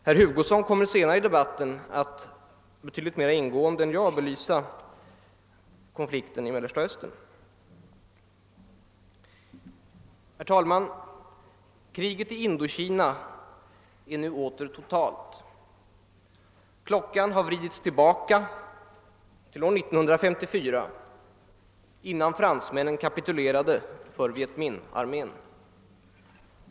Herr Hugosson kommer senare i debatten att betydligt mera ingående belysa konflikten i Mellersta Östern. Herr talman! Kriget i Indokina är nu åter totalt. Klockan har vridits tillbaka till år 1954 innan fransmännen kapitulerade för Viet Minh-armén.